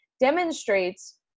demonstrates